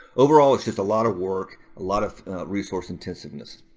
overall, it's just a lot of work, a lot of resource-intensiveness.